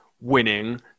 winning